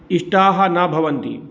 इष्ठाः न भवन्ति